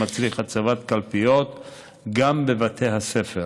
המצריך הצבת קלפיות גם בבתי הספר.